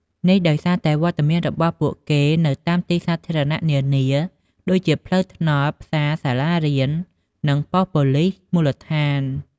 នេះដោយសារតែវត្តមានរបស់ពួកគេនៅតាមទីសាធារណៈនានា ដូចជាផ្លូវថ្នល់ ផ្សារ សាលារៀន និងប៉ុស្តិ៍ប៉ូលិសមូលដ្ឋាន។